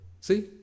See